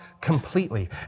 completely